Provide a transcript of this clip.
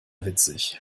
witzig